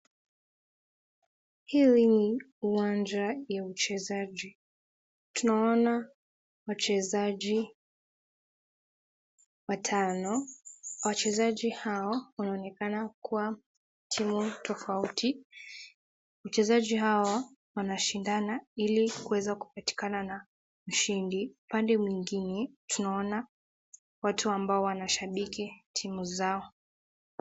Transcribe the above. Hili ni uwanja ya uchezaji. Tunawaona wachezaji watano wachezaji hao wanaonekana kuwa timu tofauti. Wachezaji hawa wanashindana ili kuweza kupatikana na mshindi. Pande mwingine tunawaona watu ambao wanashabiki timu zao.